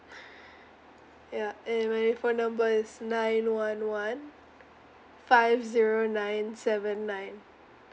ya and my phone number is nine one one five zero nine seven nine